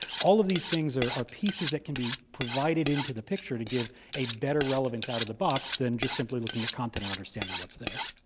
all of these things are are pieces that can be provided into the picture to give a better relevance out of the box than just simply looking at content and understanding what's there.